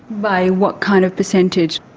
by what kind of percentage?